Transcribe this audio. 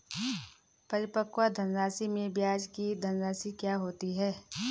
परिपक्व धनराशि में ब्याज की धनराशि क्या होती है?